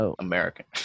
American